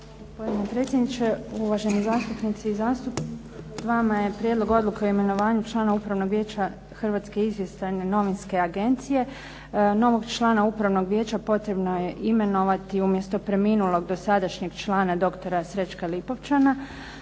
gospodine predsjedniče, uvaženi zastupnici i zastupnice. Pred vama je Prijedlog odluke o imenovanju člana Upravnog vijeća Hrvatske izvještajne novinske agencije. Novog člana Upravnog vijeća potrebno je imenovati umjesto preminulog dosadašnjeg člana dr. Srećka Lipovčana.